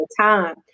time